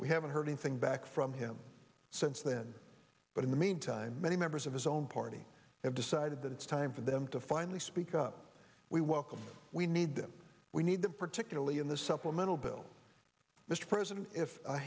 we haven't heard anything back from him since then but in the meantime many members of his own party have decided that it's time for them to finally speak up we welcome we need them we need them particularly in the supplemental bill president if a